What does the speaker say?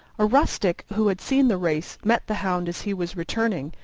a rustic who had seen the race met the hound as he was returning,